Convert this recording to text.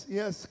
yes